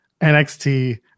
NXT